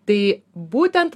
tai būtent